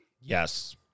yes